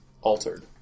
altered